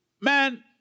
Man